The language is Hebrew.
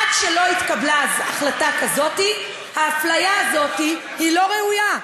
עד שלא התקבלה החלטה כזאת, האפליה הזאת לא ראויה.